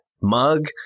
mug